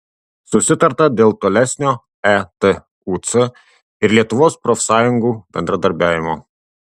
susitarta dėl tolesnio etuc ir lietuvos profsąjungų bendradarbiavimo